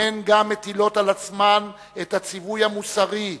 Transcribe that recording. הן גם מטילות על עצמן את הציווי המוסרי,